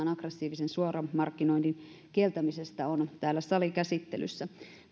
aggressiivisen suoramarkkinoinnin kieltämisestä on täällä salikäsittelyssä